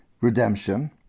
redemption